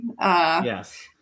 Yes